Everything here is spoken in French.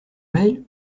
mail